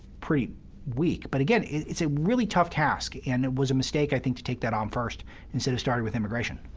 pretty weak. but again, it's a really tough task. and it was a mistake i think to take that on um first instead of starting with immigration.